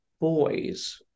boys